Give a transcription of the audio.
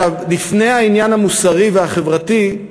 לפני העניין המוסרי והחברתי,